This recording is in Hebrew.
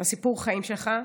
סיפרת את סיפור החיים שלך.